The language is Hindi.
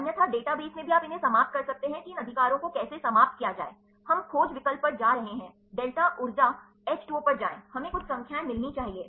अन्यथा डेटाबेस में भी आप इन्हें समाप्त कर सकते हैं कि इन अधिकारों को कैसे समाप्त किया जाए हम खोज विकल्प पर जा रहे हैं डेल्टा ऊर्जा H 2 O पर जाएं हमें कुछ संख्याएँ मिलनी चाहिए